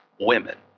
women